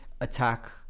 attack